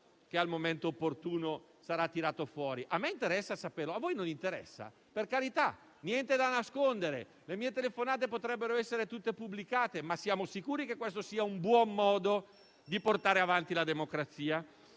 e al momento opportuno sarà tirata fuori. A me interessa saperlo; a voi non interessa? Per carità, niente da nascondere, le mie telefonate potrebbero essere tutte pubblicate, ma siamo sicuri che questo sia un buon modo di portare avanti la democrazia?